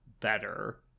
better